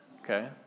okay